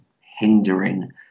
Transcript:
hindering